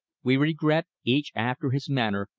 we regret, each after his manner,